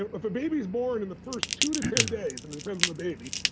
if a baby's born and the first two to ten days and it depends on the baby,